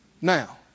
Now